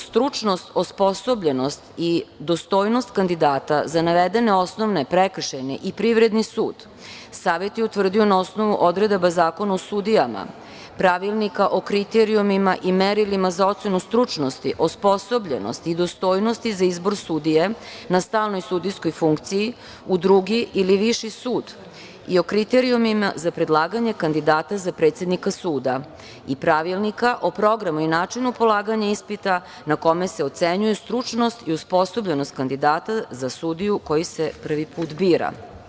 Stručnost osposobljenost i dostojnost kandidata za navedene osnovne, prekršajne i privredni sud, Savet je utvrdio na osnovu odredbi Zakona o sudijama, Pravilnika o kriterijumima i merilima za ocenu stručnosti, osposobljenosti i dostojnosti za izbor sudija na stalnoj sudijskoj funkciji u drugi ili viši sud i o kriterijumima za predlaganje kandidata za predsednika suda i Pravilnika o programu i načinu polaganja ispita na kome se ocenjuje stručnost i osposobljenost kandidata za sudiju koji se prvi put bira.